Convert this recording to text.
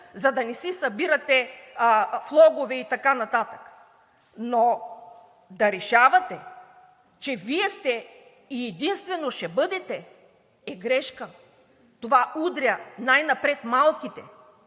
за да не си събирате влогове и така нататък, но да решавате, че Вие сте и единствено ще бъдете, е грешка! Това удря най-напред малките